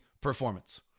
performance